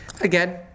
Again